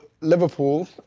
Liverpool